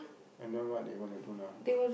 and then what they going to do now